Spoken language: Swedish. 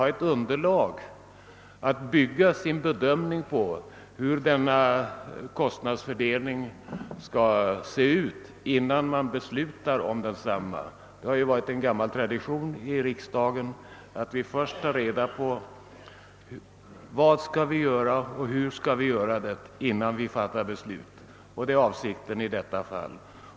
Man måste ha underlag för att bygga sin bedömning på hur denna kostnadsfördelning mellan stat och kommuner skall se ut. Det har varit tradition i riksdagen att vi först tar reda på vad vi skall göra och hur vi skall gå till väga och sedan fattar besluten. Det är avsikten också i detta fall.